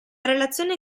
relazione